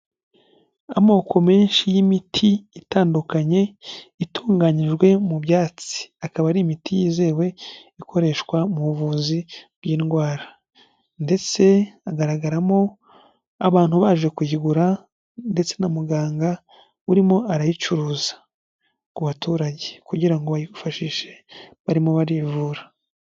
Amoko menshi y'imiti itandukanye, itunganyijwe mu byatsi, akaba ari imiti yizewe ikoreshwa mu buvuzi bw'indwara ndetse hagaragaramo abantu baje kuyigura ndetse na muganga, urimo arayicuruza ku baturage kugira ngo bayifashishe barimo barivura,